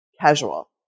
casual